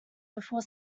before